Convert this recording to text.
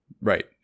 Right